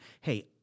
hey